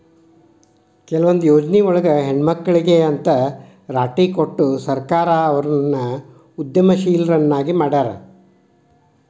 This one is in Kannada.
ಕೆಲವೊಂದ್ ಯೊಜ್ನಿಯೊಳಗ ಹೆಣ್ಮಕ್ಳಿಗೆ ಅಂತ್ ರಾಟಿ ಕೊಟ್ಟು ಸರ್ಕಾರ ಅವ್ರನ್ನ ಉದ್ಯಮಶೇಲ್ರನ್ನಾಗಿ ಮಾಡ್ಯಾರ